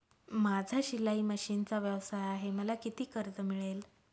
माझा शिलाई मशिनचा व्यवसाय आहे मला किती कर्ज मिळेल?